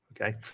okay